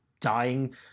dying